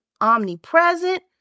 omnipresent